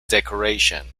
decoration